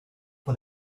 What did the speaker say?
von